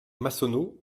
massonneau